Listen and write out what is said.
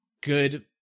good